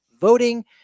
voting